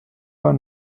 pas